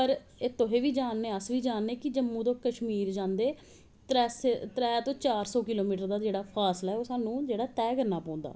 ते एह् तुस बी जानदे ते अस बी जाननें कि जम्मू ते कश्मीर चांह्दे त्रै ते चार सौ किलो मीटर दा फासला ओह् ओह् साह्नू जेह्ड़ा तैह् करनां पौंदा